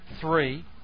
Three